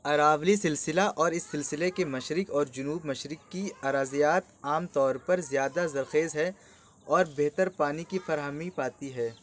اراولی سلسلہ اور اس سلسلے کے مشرک اور جنوب مشرک کی اراضیات عام طور پر زیادہ زرخیز ہے اور بہتر پانی کی فراہمی پاتی ہیں